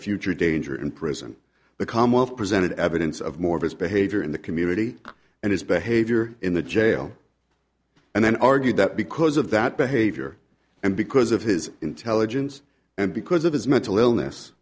future danger in prison the commonwealth presented evidence of more of his behavior in the community and his behavior in the jail and then argued that because of that behavior and because of his intelligence and because of his mental illness